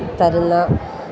തരുന്ന